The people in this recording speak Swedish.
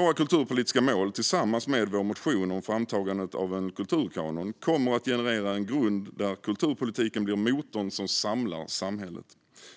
Våra kulturpolitiska mål, tillsammans med vår motion om framtagandet av en kulturkanon, kommer att generera en grund där kulturpolitiken blir motorn som samlar samhället - ett samhälle